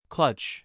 Clutch